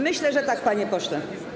Myślę, że tak, panie pośle.